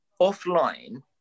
Offline